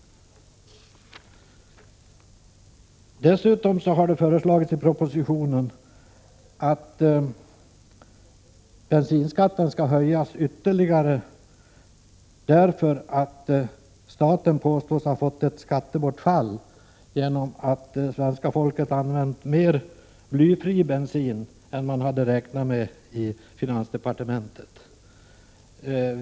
Dessutom har det föreslagits i propositionen att bensinskatten skall höjas ytterligare därför att staten påstås ha fått ett skattebortfall genom att svenska folket använt mer blyfri bensin än man hade räknat med i finansdepartementet.